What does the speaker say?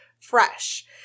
fresh